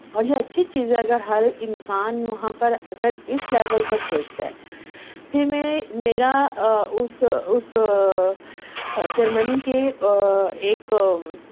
اور یہ اچھی چیز ہے اگر ہر انسان وہاں پر اگر اِس لیول تک سوچتا ہے پھر میں میرا آ اُس اُس جرمنی کے ایک